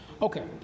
Okay